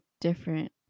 different